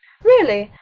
really?